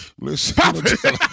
Listen